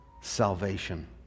salvation